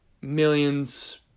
millions